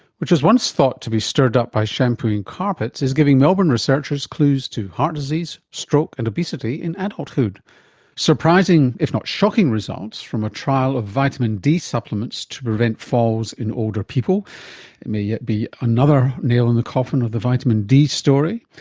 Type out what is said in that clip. which was once thought to be stirred up by shampooing carpets, is giving melbourne researchers clues to heart disease, stroke and obesity in adulthood surprising, if not shocking results from a trail of vitamin d supplements to prevent falls in older people. it may yet be another nail in the coffin of the vitamin d story.